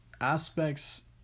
aspects